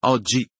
Oggi